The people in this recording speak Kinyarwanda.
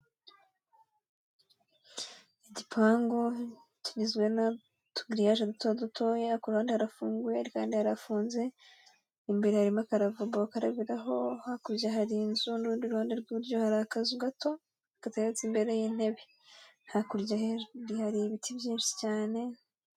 Igipangu kigizwe n'utugiriyaje duto dutoya, ku ruhande harafunguye ariko ahandi hafunze, imbere harimo akaravabo bakarabiraho, hakurya hari inzu n'urundi ruhande rw'iburyo hari akazu gato gateretse imbere y'intebe, hakurya handi hari ibiti byinshi cyane.